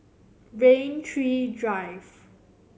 Rain Tree Drive